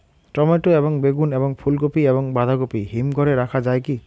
Tomato এবং বেগুন এবং ফুলকপি এবং বাঁধাকপি হিমঘরে রাখা যায় কি?